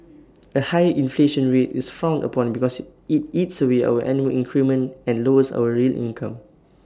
A high inflation rate is frowned upon because IT eats away our annual increment and lowers our real income